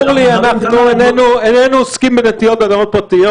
ברור לי, איננו עוסקים בנטיעות באדמות פרטיות.